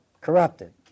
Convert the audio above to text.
corrupted